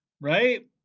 right